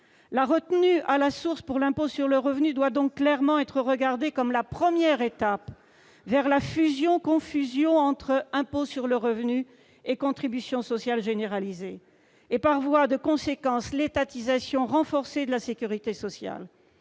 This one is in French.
La retenue à la source de l'impôt sur le revenu doit donc clairement être regardée comme la première étape vers la fusion-confusion entre impôt sur le revenu et contribution sociale généralisée et, par voie de conséquence, vers l'étatisation renforcée de la sécurité sociale.